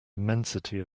immensity